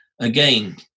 Again